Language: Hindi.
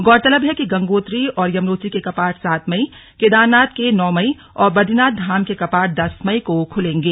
गौरतलब है कि गंगोत्री और यमुनोत्री के कपाट सात मई केदारनाथ के नौ मई और बदरीनाथ धाम के कपाट दस मई को खुलेंगे